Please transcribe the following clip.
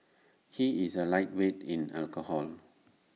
he is A lightweight in alcohol